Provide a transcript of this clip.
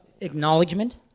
acknowledgement